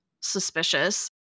Suspicious